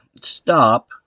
stop